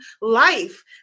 life